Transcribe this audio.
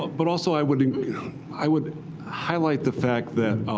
ah but also, i would i would highlight the fact that